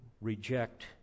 reject